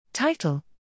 Title